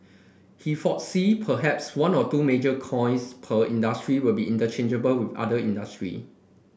he foresee perhaps one or two major coins per industry will be interchangeable with other industry